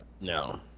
No